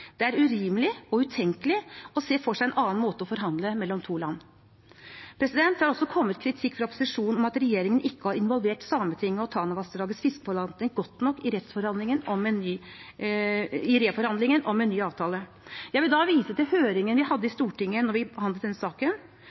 Det er urimelig og utenkelig å se for seg en annen måte å forhandle på mellom to land. Det har også kommet kritikk fra opposisjonen om at regjeringen ikke har involvert Sametinget og Tanavassdragets fiskeforvaltning godt nok i reforhandlingene om en ny avtale. Jeg vil da vise til høringen vi hadde i Stortinget da vi behandlet denne saken.